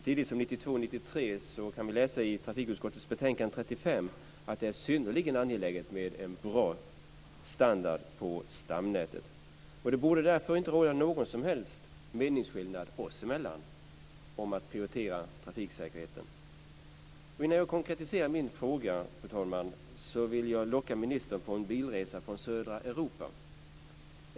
1992/93:TU35 kunde vi läsa att det är synnerligen angeläget med en bra standard på stamnätet. Det borde därför inte råda någon som helst meningsskillnad oss emellan om att man ska prioritera trafiksäkerheten. Innan jag konkretiserar min fråga, fru talman, vill jag locka ministern på en bilresa från södra Europa.